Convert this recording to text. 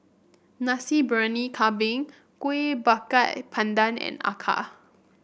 Nasi Briyani Kambing Kueh Bakar Pandan and Acar